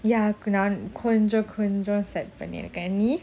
ya கொஞ்சம்கொஞ்சம்:konjam konjam set பண்ணிருக்கேன்நீ:panniruken nee